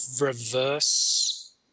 reverse